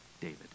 David